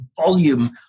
volume